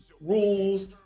rules